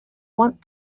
want